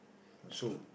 so